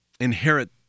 inherit